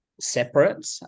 separate